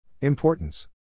Importance